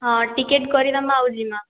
ହଁ ଟିକେଟ୍ କରିଦେମା ଆଉ ଯିମା